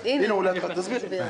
תסביר.